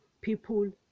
people